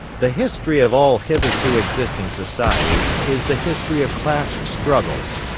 the history of all hitherto existing societies is the history of class struggles.